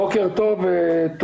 בוקר טוב ותודה.